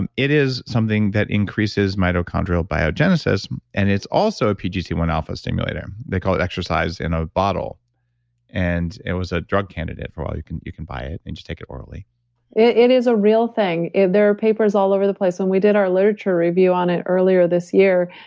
and it is something that increases mitochondrial biogenesis and it's also a pgc one alpha stimulator. they call it exercise in a bottle and it was a drug candidate for a while, you can you can buy it and just take it orally it is a real thing. there are papers all over the place. when we did our literature review on it earlier this year,